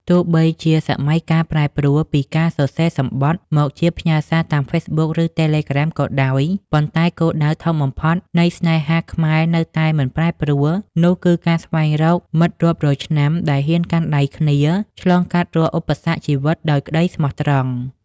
ទោះបីជាសម័យកាលប្រែប្រួលពីការសរសេរសំបុត្រ មកជាការផ្ញើសារតាម Facebook ឬ Telegram ក៏ដោយ ប៉ុន្តែគោលដៅធំបំផុតនៃស្នេហាខ្មែរនៅតែមិនប្រែប្រួល នោះគឺការស្វែងរក "មិត្តរាប់រយឆ្នាំ" ដែលហ៊ានកាន់ដៃគ្នាឆ្លងកាត់រាល់ឧបសគ្គជីវិតដោយក្តីស្មោះត្រង់។